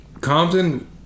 Compton